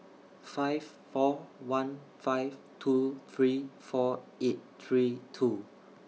five four one five two three four eight three two